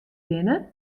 binne